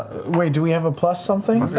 wait, do we have a plus something?